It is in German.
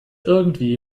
irgendwie